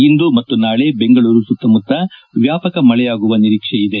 ಇಂದು ಮತ್ತು ನಾಳೆ ಬೆಂಗಳೂರು ಸುತ್ತಮುತ್ತ ವ್ಯಾಪಕ ಮಳೆಯಾಗುವ ನಿರೀಕ್ಷೆಯಿದೆ